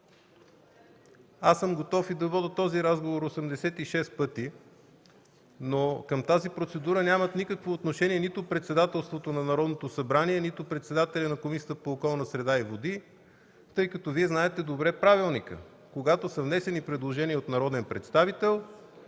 Готов съм да водя този разговор 86 пъти, но към тази процедура нямат никакво отношение нито председателството на Народното събрание, нито председателят на Комисията по околната среда и водите, тъй като Вие добре знаете правилника: когато са внесени предложения от народен представител,